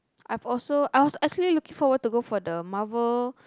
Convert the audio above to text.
I'm also I was actually looking forward to go for the Marvel